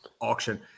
auction